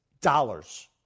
dollars